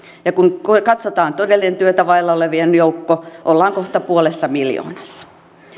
ja kun kun katsotaan todellinen työtä vailla olevien joukko ollaan kohta puolessa miljoonassa